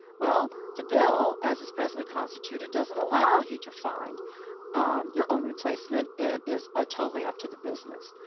well, the bill, as it's presently constituted, doesn't allow you to find your own replacement. it is ah totally up to the business.